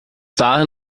dahin